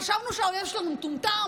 חשבנו שהאויב שלנו מטומטם,